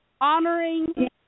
honoring